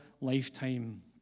lifetime